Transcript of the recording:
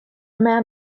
man